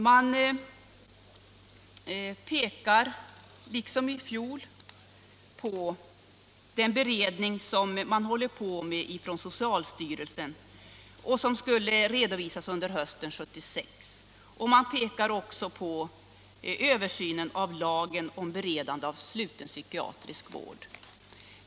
Man pekar i år liksom i fjol på den beredning som socialstyrelsen har och som skulle ha redovisat resultatet av sitt arbete under hösten 1976. Man pekar också på översynen av lagen om beredande av sluten psykiatrisk vård.